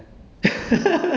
then shave ah